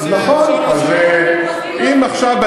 אם עכשיו,